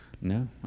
No